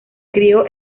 crio